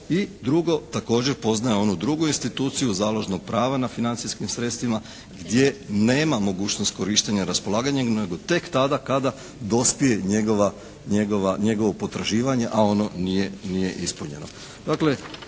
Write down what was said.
I drugo, također poznaje onu drugu instituciju založnog prava na financijskim sredstvima gdje nema mogućnost korištenja raspolaganja nego tek tada kada dospije njegovo potraživanje a ono nije ispunjeno.